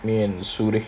me and sudhir